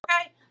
Okay